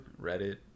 reddit